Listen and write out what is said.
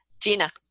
Gina